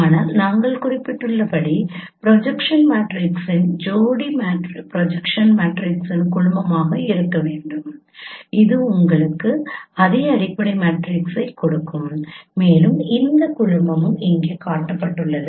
ஆனால் நாங்கள் குறிப்பிட்டுள்ளபடி ப்ரொஜெக்ஷன் மேட்ரிக்ஸின் ஜோடி ப்ரொஜெக்ஷன் மேட்ரிக்ஸின் குழுமமாக இருக்க வேண்டும் இது உங்களுக்கு அதே அடிப்படை மேட்ரிக்ஸைக் கொடுக்கும் மேலும் இந்த குழுமமும் இங்கே காட்டப்பட்டுள்ளது